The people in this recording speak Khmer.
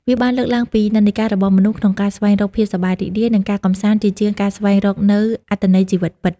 វាបានលើកឡើងពីនិន្នាការរបស់មនុស្សក្នុងការស្វែងរកភាពសប្បាយរីករាយ និងការកម្សាន្តជាជាងការស្វែងយល់នូវអត្ថន័យជីវិតពិត។